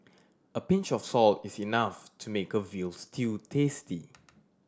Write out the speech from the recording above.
a pinch of salt is enough to make a veal stew tasty